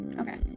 Okay